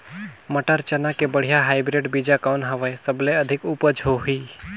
मटर, चना के बढ़िया हाईब्रिड बीजा कौन हवय? सबले अधिक उपज होही?